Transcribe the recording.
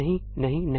नहीं नहीं नहीं